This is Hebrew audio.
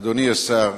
אדוני השר,